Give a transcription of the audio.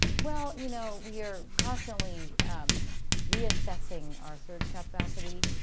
well, you know we are constantly reassessing our surge capacity.